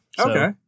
Okay